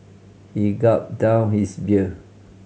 he gulped down his beer